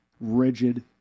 rigid